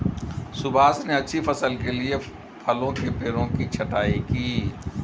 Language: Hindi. सुभाष ने अच्छी फसल के लिए फलों के पेड़ों की छंटाई की